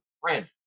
friend